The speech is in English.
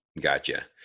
Gotcha